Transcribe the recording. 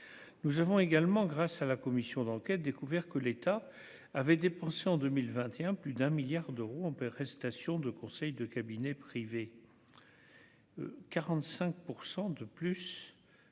nous avons également grâce à la commission d'enquête découvert que l'État avait dépensé en 2021 plus d'un milliard d'euros on peut prestations de conseil de cabinet privé 45 pour